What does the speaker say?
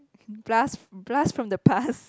blast blast from the past